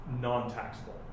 non-taxable